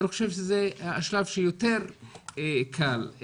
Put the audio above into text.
אני חושב שזה השלב שיותר קל,